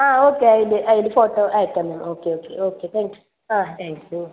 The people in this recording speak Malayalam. ആ ഓക്കെ അതിൻ്റെ അതിൻ്റെ ഫോട്ടോ അയക്കാം ഞാൻ okay okay okay thank you ആ താങ്ക് യു